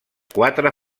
quatre